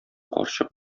карчык